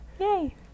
Yay